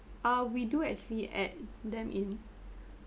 ah we do actually add them in